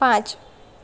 પાંચ